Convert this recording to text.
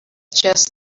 just